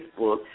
Facebook